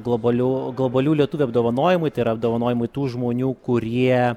globalių globalių lietuvių apdovanojimai tai yra apdovanojimai tų žmonių kurie